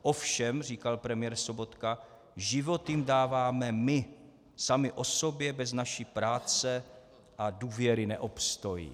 Ovšem, říkal premiér Sobotka, život jim dáváme my; samy o sobě bez naší práce a důvěry neobstojí.